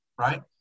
right